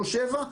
לא שבע.